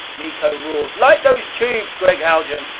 miko roared light those tubes! gregg haljan!